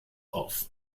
auf